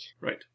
Right